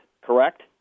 correct